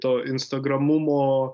to instagramumo